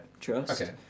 trust